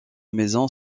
maison